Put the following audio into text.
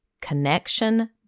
Connection